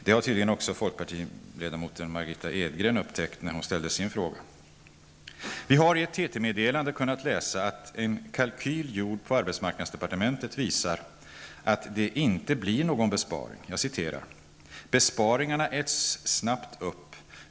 Det hade tydligen också folkpartiledamoten Margitta Edgren upptäckt när hon ställde sin fråga. Vi har i ett TT-meddelande kunnat läsa att en kalkyl gjord på arbetsmarknadsdepartementet visar att det inte blir någon besparing. Jag citerar: ''Besparingarna äts snabbt upp.